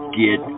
get